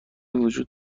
وجود